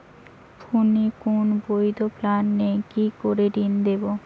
ফোনে কোন বৈধ প্ল্যান নেই কি করে ঋণ নেব?